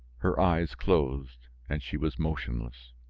her eyes closed and she was motionless.